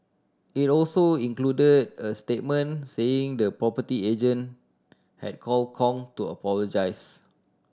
it also included a statement saying the property agent had called Kong to apologise